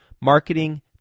marketing